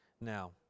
Now